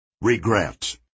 Regret